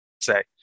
Say